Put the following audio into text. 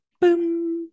boom